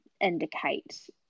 indicate